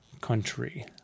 country